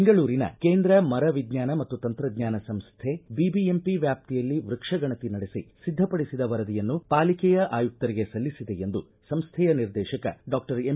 ಬೆಂಗಳೂರಿನ ಕೇಂದ್ರ ಮರ ವಿಜ್ಞಾನ ಮತ್ತು ತಂತ್ರಜ್ಞಾನ ಸಂಸ್ಥೆ ಬಿಬಿಎಂಪಿ ವ್ಯಾಪ್ತಿಯಲ್ಲಿ ವೃಕ್ಷ ಗಣತಿ ನಡೆಸಿ ಸಿದ್ದಪಡಿಸಿದ ವರದಿಯನ್ನು ಪಾಲಿಕೆಯ ಆಯುಕ್ತರಿಗೆ ಸಲ್ಲಿಸಿದೆ ಎಂದು ಸಂಸ್ವೆಯ ನಿರ್ದೇಶಕ ಡಾಕ್ಷರ್ ಎಂ